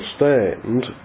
understand